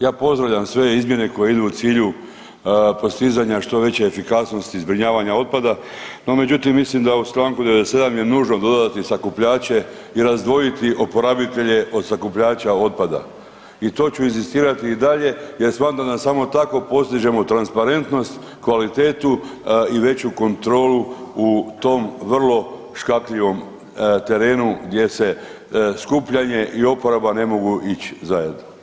Ja pozdravljam sve izmjene koje idu u cilju postizanja što veće efikasnosti zbrinjavanja otpada, no međutim mislim da u čl. 97. je nužno dodati sakupljače i razdvojiti oporabitelje od sakupljača otpada i to ću inzistirati i dalje jer smatram da samo tako postižemo transparentnost, kvalitetu i veću kontrolu u tom vrlo škakljivom terenu gdje se skupljanje i oporaba ne mogu ić zajedno.